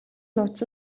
нууц